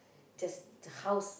just the house